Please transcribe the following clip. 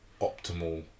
optimal